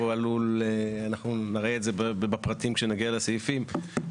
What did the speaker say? אנחנו נראה את זה בפרטים כשנגיע לסעיפים,